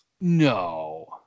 No